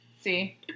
See